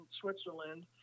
switzerland